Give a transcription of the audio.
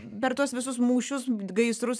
dar tuos visus mūšius gaisrus